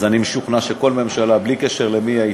אני משוכנע שכל ממשלה, בלי קשר למי היא הייתה,